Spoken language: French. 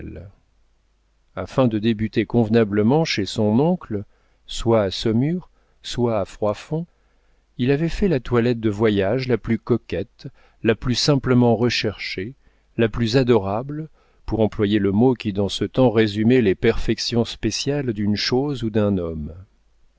afin de débuter convenablement chez son oncle soit à saumur soit à froidfond il avait fait la toilette de voyage la plus coquette la plus simplement recherchée la plus adorable pour employer le mot qui dans ce temps résumait les perfections spéciales d'une chose ou d'un homme